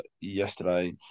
yesterday